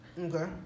Okay